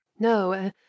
No